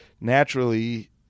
naturally